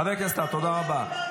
חבר הכנסת טאהא, תודה רבה.